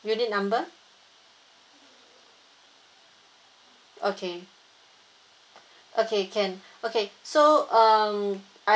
unit number okay okay can okay so um